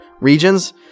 regions